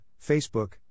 Facebook